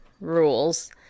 Rules